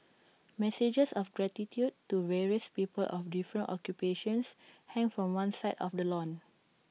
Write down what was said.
messages of gratitude to various people of different occupations hang from one side of the lawn